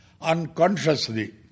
unconsciously